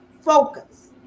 focus